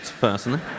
personally